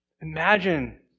Imagine